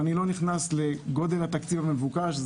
אני לא נכנס לגודל התקציב המבוקש,